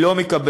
היא לא מקבלת.